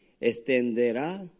extenderá